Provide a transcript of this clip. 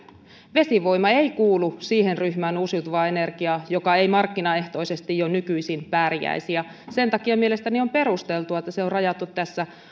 vesivoima ei kuulu siihen ryhmään uusiutuvaa energiaa joka ei markkinaehtoisesti jo nykyisin pärjäisi sen takia mielestäni on perusteltua että se on rajattu tässä